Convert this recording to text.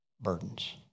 burdens